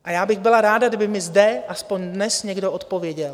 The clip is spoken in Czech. A já bych byla ráda, kdyby mi zde aspoň dnes někdo odpověděl.